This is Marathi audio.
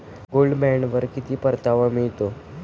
गोल्ड बॉण्डवर किती परतावा मिळतो?